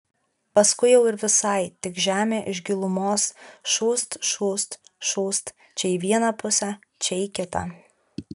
paskui jau ir visai tik žemė iš gilumos šūst šūst šūst čia į vieną pusę čia į kitą